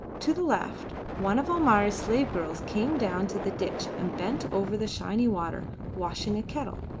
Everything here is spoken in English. to the left one of almayer's slave-girls came down to the ditch and bent over the shiny water, washing a kettle.